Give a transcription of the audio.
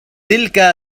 تلك